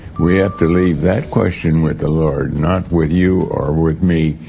we have to leave that question with the lord. not with you, or with me.